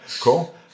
Cool